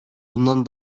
bundan